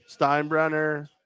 Steinbrenner